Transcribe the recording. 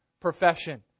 profession